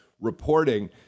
reporting